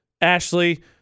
Ashley